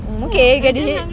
mm okay get it